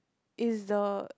is the